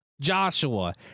Joshua